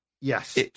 Yes